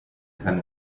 kann